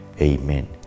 Amen